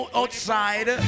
outside